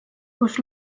kus